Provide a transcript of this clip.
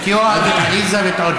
את יואב, את עליזה ואת עודד.